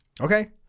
Okay